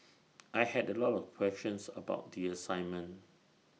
I had A lot of questions about the assignment